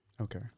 okay